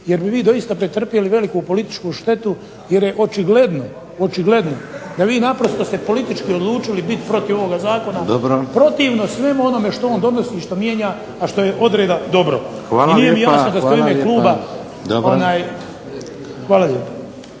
jer bi vi doista pretrpjeli veliku političku štetu jer je očigledno da vi naprosto ste politički odlučili biti protiv ovoga zakona, protivno svemu onome što on donosi i što mijenja, a što je odreda dobro. **Šeks, Vladimir (HDZ)** Hvala lijepa.